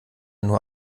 nur